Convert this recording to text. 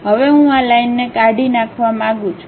હવે હું આ લાઇનને કાઢી નાખવા માંગુ છું